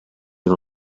uno